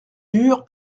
dure